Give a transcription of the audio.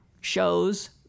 shows